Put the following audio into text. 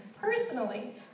personally